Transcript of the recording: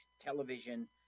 television